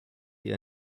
ihr